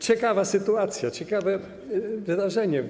Ciekawa sytuacja, ciekawe wydarzenie.